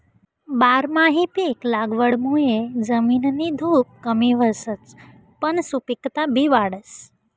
बारमाही पिक लागवडमुये जमिननी धुप कमी व्हसच पन सुपिकता बी वाढस